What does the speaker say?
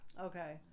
Okay